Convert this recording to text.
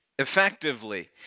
effectively